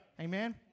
Amen